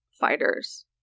fighters